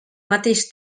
mateix